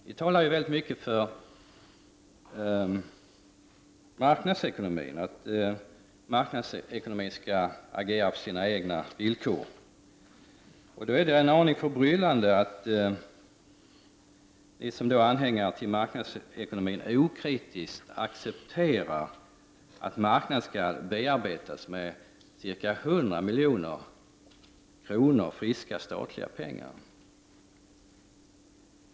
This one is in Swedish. Ni talar ju väldigt mycket för marknadsekonomin och att den skall agera på sina egna villkor. Det är då förbryllande att ni som är anhängare av marknadsekonomin okritiskt accepterar att marknaden skall bearbetas med ca 100 milj.kr. friska statliga pengar.